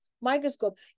microscope